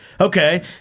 okay